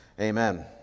amen